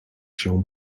się